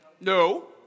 No